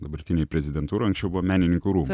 dabartinėj prezidentūroj anksčiau buvo menininkų rūmai